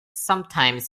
sometimes